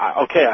okay